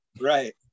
right